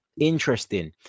Interesting